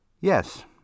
Yes